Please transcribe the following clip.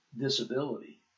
disability